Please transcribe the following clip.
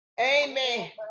Amen